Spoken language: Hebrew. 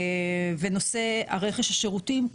נושא רכש השירותים.